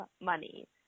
money